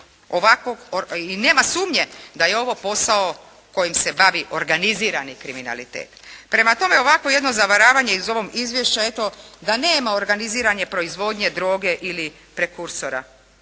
i nema sumnje da je ovo posao kojim se bavi organizirani kriminalitet. Prema tome, ovakvo jedno zavaravanje iz ovog izvješća eto da nema organizirane proizvodnje droge ili prekursora.